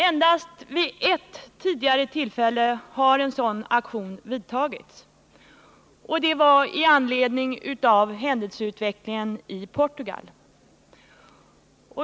Endast vid ett tidigare tillfälle har en sådan aktion gjorts, och det var i anledning av händelseutvecklingen i Portugal.